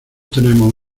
tenemos